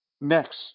Next